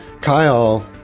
Kyle